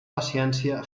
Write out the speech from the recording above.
paciència